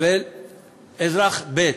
ולאזרח ב'.